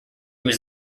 was